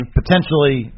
potentially